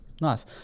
Nice